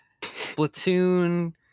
Splatoon